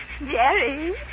Jerry